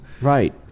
Right